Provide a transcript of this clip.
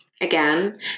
Again